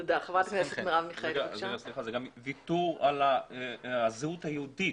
זה גם ויתור על הזהות היהודית,